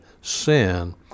sin